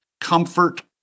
comfort